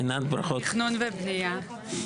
תכנון ובנייה.